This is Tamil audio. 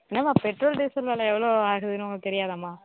என்னமா பெட்ரோல் டீசல் வில எவ்வளோ ஆகுதுன்னு உங்களுக்கு தெரியாதா மா